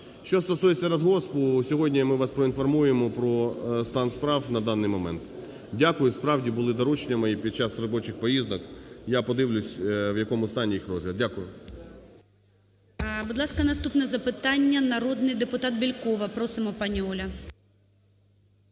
Що стосується радгоспу, сьогодні ми вас проінформуємо про стан справ на даний момент. Дякую. Справді, були доручення мої під час робочих поїздок, я подивлюсь, в якому стані їх розгляд. Дякую.